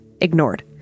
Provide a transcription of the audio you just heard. Ignored